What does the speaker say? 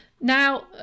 Now